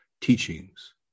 teachings